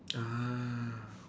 ah